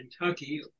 Kentucky